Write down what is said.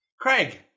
Craig